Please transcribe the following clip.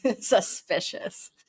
suspicious